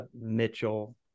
Mitchell